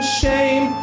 shame